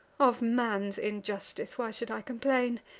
of man's injustice why should i complain?